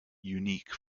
unique